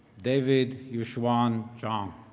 david yushuan jeong.